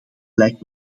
lijkt